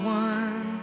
one